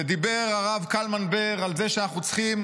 ודיבר הרב קלמן בר על זה שאנחנו צריכים